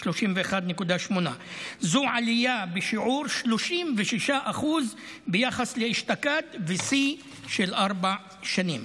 31.8%. זו עלייה בשיעור 36% ביחס לאשתקד ושיא של ארבע שנים,